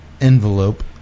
envelope